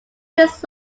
his